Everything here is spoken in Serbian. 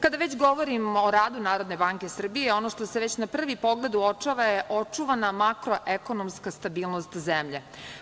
Kada već govorim o radu NBS, ono što se već na prvi pogled uočava je očuvana makro-ekonomska stabilnost zemlje.